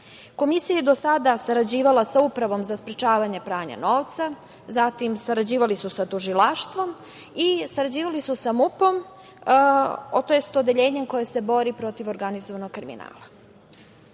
je do sada sarađivala sa Upravom za sprečavanje pranja novca, zatim sarađivali su sa Tužilaštvom i sarađivali su sa MUP-om, to jest sa Odeljenjem koje se bori protiv organizovanog kriminala. Oporavak